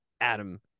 Adam